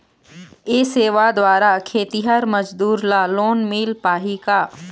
ये सेवा द्वारा खेतीहर मजदूर ला लोन मिल पाही का?